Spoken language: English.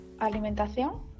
Alimentación